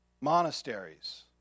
monasteries